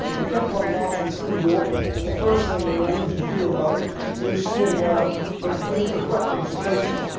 and kept on marching through york, and the first thing the norwegians knew about it was seeing ah the glint of weapons approaching.